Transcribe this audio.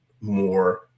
more